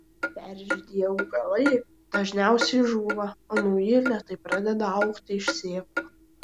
peržydėję augalai dažniausiai žūva o nauji lėtai pradeda augti iš sėklų